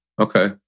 Okay